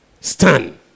stand